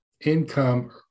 income